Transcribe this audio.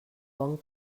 bon